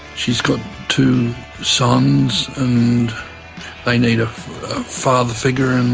she's got two sons and they need a father figure, and